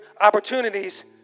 opportunities